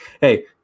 Hey